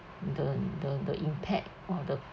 the the the impact or the